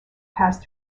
passed